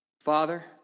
Father